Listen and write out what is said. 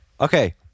Okay